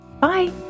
Bye